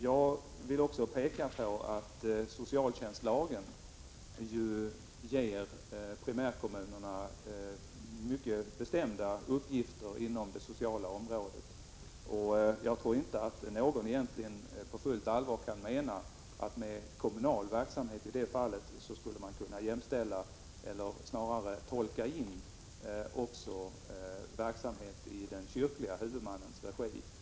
Jag vill också peka på att socialtjänstlagen ger primärkommunerna mycket bestämda uppgifter på det sociala området. Och jag tror inte att någon på fullt allvar kan mena att man i begreppet kommunal verksamhet i det fallet kan tolka in också verksamhet i den kyrkliga huvudmannens regi.